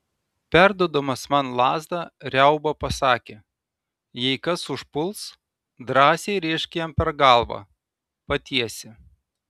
perduodamas man lazdą riauba pasakė jei kas užpuls drąsiai rėžk jam per galvą patiesi